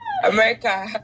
America